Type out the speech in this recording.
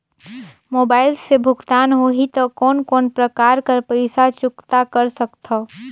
Mobile से भुगतान होहि त कोन कोन प्रकार कर पईसा चुकता कर सकथव?